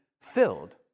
filled